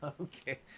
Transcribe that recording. Okay